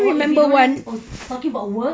or if we don't have talking about work